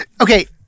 Okay